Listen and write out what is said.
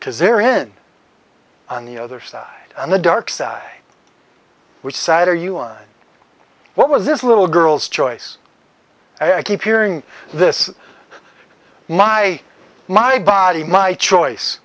because they're in on the other side and the dark side which side are you on what was this little girl's choice i keep hearing this my my body my choice